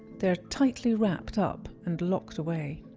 they are tightly wrapped up and locked away.